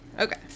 Okay